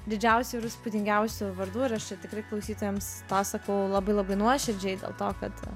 didžiausių ir įspūdingiausių vardų ir aš čia tikrai klausytojams tą sakau labai labai nuoširdžiai dėl to kad